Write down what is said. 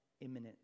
imminent